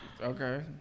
Okay